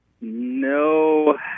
No